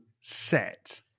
set